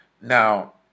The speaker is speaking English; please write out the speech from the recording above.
Now